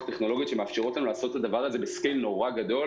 טכנולוגיות שמאפשרות לנו לעשות את זה בהיקף גדול מאוד.